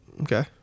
Okay